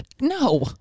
No